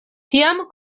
tiam